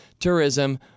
tourism